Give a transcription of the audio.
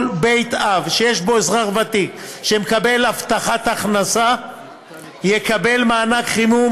כל בית אב שיש בו אזרח ותיק שמקבל הבטחת הכנסה יקבל מענק חימום,